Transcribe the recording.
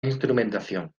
instrumentación